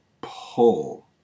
pull